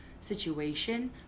situation